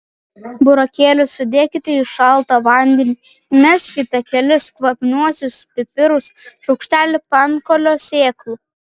burokėlius sudėkite į šaltą vandenį įmeskite kelis kvapniuosius pipirus šaukštelį pankolio sėklų